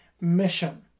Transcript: mission